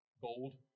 Gold